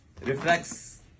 Reflex